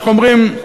איך אומרים,